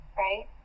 right